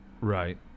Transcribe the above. Right